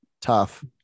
tough